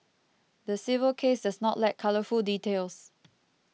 the civil case does not lack colourful details